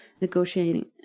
negotiating